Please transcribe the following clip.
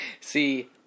See